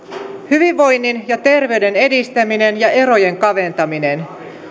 hyvinvoinnin ja terveyden edistäminen ja erojen kaventaminen